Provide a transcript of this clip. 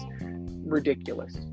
ridiculous